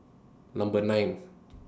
Number nine